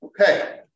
Okay